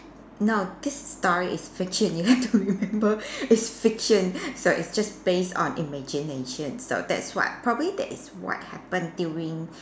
no this story is fiction you have to remember is fiction so it's just based on imagination so that's what probably that is what happen during